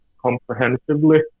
comprehensively